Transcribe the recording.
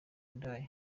indaya